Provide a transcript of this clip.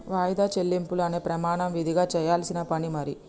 వాయిదా చెల్లింపు అనే ప్రమాణం విదిగా చెయ్యాల్సిన పని మరి